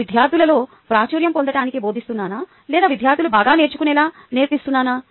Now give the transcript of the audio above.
నేను విద్యార్థులలో ప్రాచుర్యం పొందటానికి బోధిస్తున్నానా లేదా విద్యార్థులు బాగా నేర్చుకునేలా నేర్పిస్తున్నానా